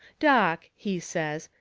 doc, he says,